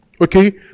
Okay